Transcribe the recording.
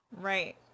Right